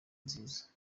nziza